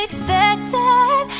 Expected